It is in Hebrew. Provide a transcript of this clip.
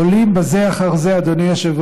עולים זה אחר זה לדוכן,